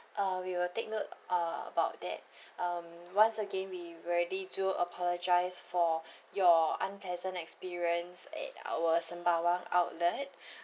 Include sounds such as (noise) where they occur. uh we will take note uh about that (breath) um once again we really do apologise for (breath) your unpleasant experience at our sembawang outlet (breath)